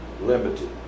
limited